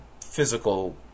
physical